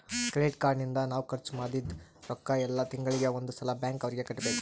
credit card ನಿಂದ ನಾವ್ ಖರ್ಚ ಮದಿದ್ದ್ ರೊಕ್ಕ ಯೆಲ್ಲ ತಿಂಗಳಿಗೆ ಒಂದ್ ಸಲ ಬ್ಯಾಂಕ್ ಅವರಿಗೆ ಕಟ್ಬೆಕು